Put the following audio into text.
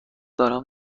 دارم